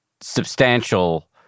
substantial